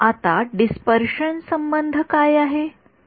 आता डिस्पर्शन संबंध काय आहे